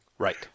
Right